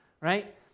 right